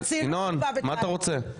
ינון, מה אתה רוצה?